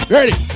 Ready